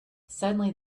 suddenly